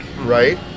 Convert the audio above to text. right